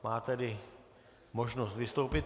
Má tedy možnost vystoupit.